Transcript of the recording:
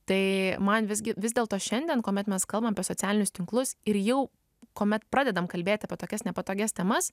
tai man visgi vis dėlto šiandien kuomet mes kalbam apie socialinius tinklus ir jau kuomet pradedam kalbėti apie tokias nepatogias temas